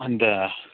अनि त